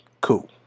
cool